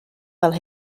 fel